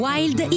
Wild